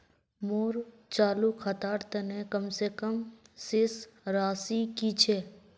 मोर चालू खातार तने कम से कम शेष राशि कि छे?